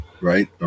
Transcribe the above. right